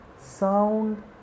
sound